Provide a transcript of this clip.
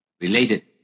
related